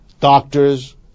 doctors